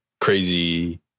crazy